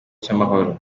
cy’amahoro